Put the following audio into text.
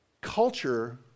Culture